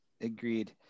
agreed